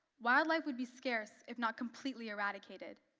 wildlife would be scarce, if not completely eradicated.